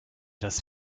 das